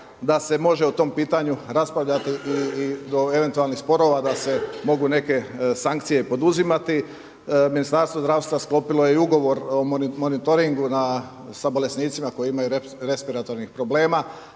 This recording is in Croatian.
da se može o tom pitanju raspravljati i do eventualnih sporova da se mogu neke sankcije poduzimati. Ministarstvo zdravstva sklopilo je ugovor o monitoringu sa bolesnicima koji imaju respiratornih problema,